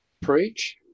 preach